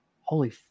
holy